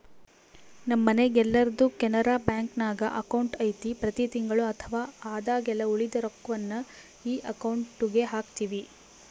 ನಮ್ಮ ಮನೆಗೆಲ್ಲರ್ದು ಕೆನರಾ ಬ್ಯಾಂಕ್ನಾಗ ಅಕೌಂಟು ಐತೆ ಪ್ರತಿ ತಿಂಗಳು ಅಥವಾ ಆದಾಗೆಲ್ಲ ಉಳಿದ ರೊಕ್ವನ್ನ ಈ ಅಕೌಂಟುಗೆಹಾಕ್ತಿವಿ